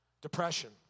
Depression